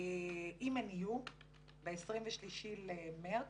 אם הן יהיו ב-23 במרץ.